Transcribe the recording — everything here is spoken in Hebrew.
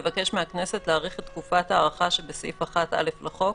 לבקש מהכנסת להאריך את תקופת ההארכה שבסעיף 1(א) לחוק,